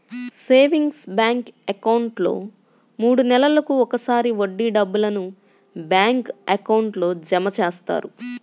savings bank అకౌంట్లో మూడు నెలలకు ఒకసారి వడ్డీ డబ్బులను బ్యాంక్ అకౌంట్లో జమ చేస్తారు